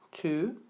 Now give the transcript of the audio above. Two